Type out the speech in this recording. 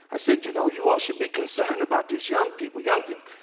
i said, you know, you all should be concerned about these young people, young people.